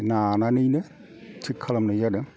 नानानैनो थिक खालामनाय जादों